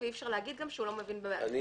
ואי אפשר להגיד גם שהוא לא מבין בהשקעות.